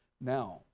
Now